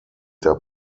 der